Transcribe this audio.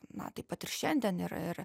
na taip pat ir šiandien ir ir